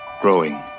growing